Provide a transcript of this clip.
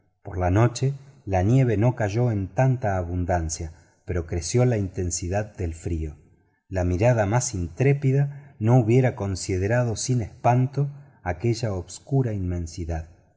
por la noche la nieve no cayó en tanta abundancia pero creció la intensidad del frío la mirada más intrépida no hubiera considerado sin espanto aquella oscu a inmensidad